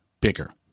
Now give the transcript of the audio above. bigger